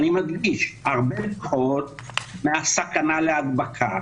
אני מדגיש הרבה מפחות מהסכנה להדבקה.